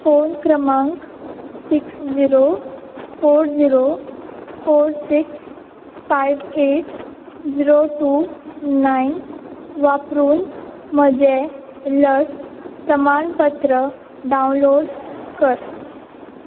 phone क्रमांक six zero four zero four six five eight zero two nine वापरून म्हजें लस प्रमाणपत्र डावनलोड कर